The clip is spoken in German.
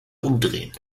umdrehen